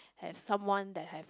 has someone that have